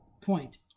point